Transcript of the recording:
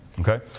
Okay